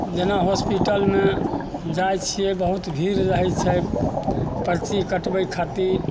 जेना हॉस्पिटलमे जाइ छियै बहुत भीड़ रहय छै पर्ची कटबय खातिर